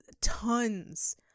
tons